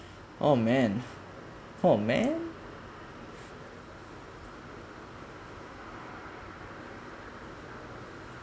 oh man oh man